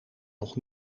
nog